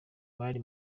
bari